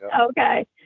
Okay